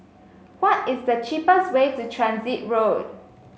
why is the cheapest way to Transit Road